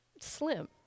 Slim